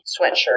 sweatshirt